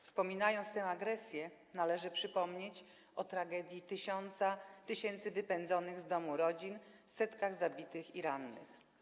Wspominając tę agresję, należy przypomnieć o tragedii tysięcy wypędzonych z domu rodzin, setkach zabitych i rannych.